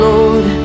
Lord